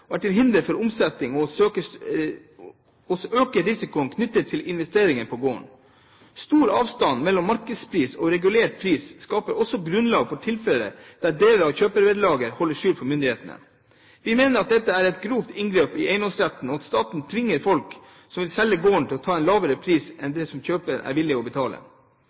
er til hinder for omsetning og øker risikoen knyttet til investeringer på gården. Stor avstand mellom markedspris og regulert pris skaper også grunnlag for tilfeller der deler av kjøpsvederlaget holdes skjult for myndighetene. Vi mener at det er et grovt inngrep i eiendomsretten, og at staten tvinger folk som vil selge gården, til å ta en lavere pris enn det kjøper er villig til å betale.